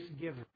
giver